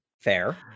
fair